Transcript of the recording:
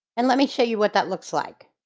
and let me show you what that looks like.